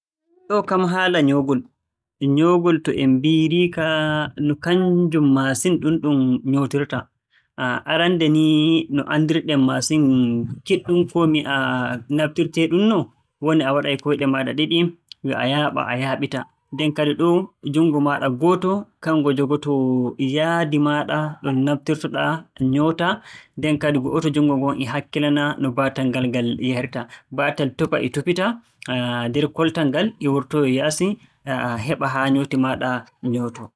Ɗo'o kam haala nyoogol, nyoogol to en mbiiriika, no kannjum maasin ɗum ɗum nyootirta. Arannde ni, no anndir-ɗen maasin kiiɗɗum koo mi wi'a naftirteeɗumnoo. Woni a waɗay koyɗe maaɗa ɗiɗi yo a yaaɓa a yaaɓita. Nden kadi ɗum - junngo maaɗa gooto kanngo jogotoo yaadi maaɗa ɗum naftorto-ɗaa nyootaa. Nden kadi gooto junngo ngon e hakkilana no baatal ngal, ngal yahirta. Baatal tufa e tufita nder koltal ngal e wurtoyoo yaasi heɓa haa nyooti maaɗa nyootoo.